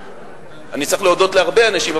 אני צריך להודות להרבה אנשים,